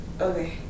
Okay